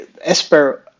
Esper